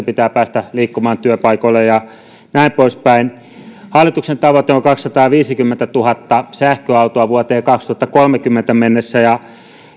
pitää päästä liikkumaan työpaikoille ja näin poispäin hallituksen tavoite on on kaksisataaviisikymmentätuhatta sähköautoa vuoteen kaksituhattakolmekymmentä mennessä ja